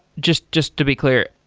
just just to be clear,